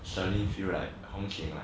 suddenly feel like 红景 like